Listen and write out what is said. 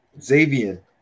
Xavier